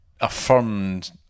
affirmed